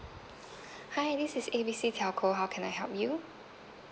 hi this is A B C telco how can I help you